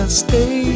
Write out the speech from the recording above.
stay